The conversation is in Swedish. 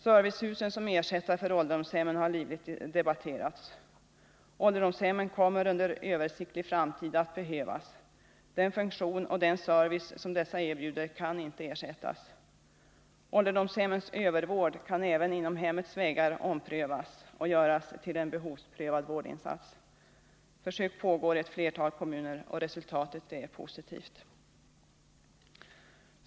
Servicehusen som ersättare för ålderdomshemmen har livligt debatterats. Ålderdomshemmen kommer under översiktlig framtid att behövas. Den funktion och den service som dessa erbjuder kan ej ersättas. Ålderdomshemmens övervård kan även inom hemmets väggar omprövas och göras till en behovsprövad vårdinsats. Försök pågår i ett flertal kommuner. och resultatet är positivt.